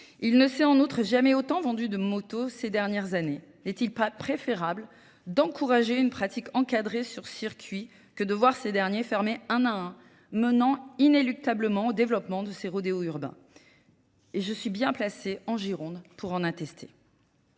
Il ne s'est en outre jamais autant vendu de motos ces dernières années. N'est-il pas préférable d'encourager une pratique encadrée sur circuit que de voir ces derniers fermer un à un, menant inéluctablement au développement de ces rodéos urbains ? Et je suis bien placée en Gironde pour en attester.